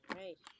right